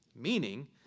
Meaning